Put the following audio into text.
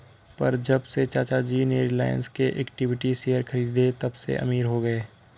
पर जब से चाचा जी ने रिलायंस के इक्विटी शेयर खरीदें तबसे अमीर हो गए